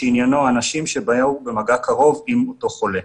שעניינו האנשים שבאו במגע קרוב עם אותו חולה.